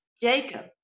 Jacob